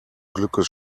glückes